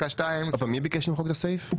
מי ביקש למחוק את הסעיף?